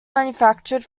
manufactured